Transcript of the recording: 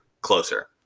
closer